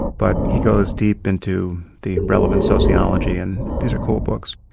but he goes deep into the relevant sociology and these are cool books.